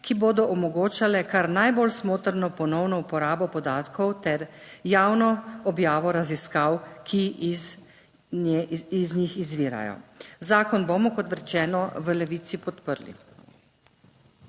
ki bodo omogočale kar najbolj smotrno ponovno uporabo podatkov ter javno objavo raziskav, ki iz njih izvirajo. Zakon bomo, kot rečeno, v Levici podprli.